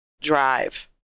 drive